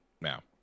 Now